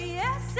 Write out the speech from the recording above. yes